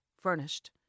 Furnished